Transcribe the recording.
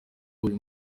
buri